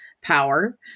power